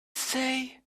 say